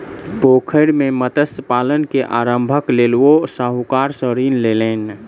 पोखैर मे मत्स्य पालन के आरम्भक लेल ओ साहूकार सॅ ऋण लेलैन